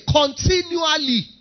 continually